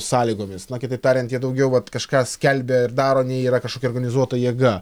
sąlygomis kitaip tariant jie daugiau vat kažką skelbia ir daro nei yra kažkokia organizuota jėga